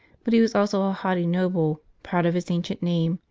but he was also a haughty noble, proud of his ancient name,